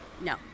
No